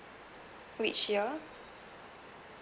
which year